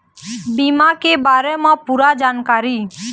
बीमा के बारे म पूरा जानकारी?